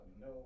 no